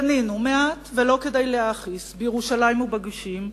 בנינו מעט, ולא כדי להכעיס, בירושלים ובגושים,